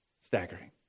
Staggering